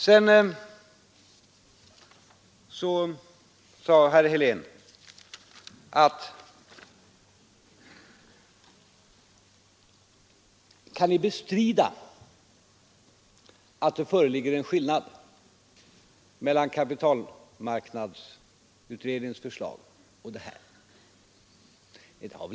Vidare frågade herr Helén: Kan ni bestrida att det föreligger en skillnad mellan kapitalmarknadsutredningens förslag och regeringens förslag?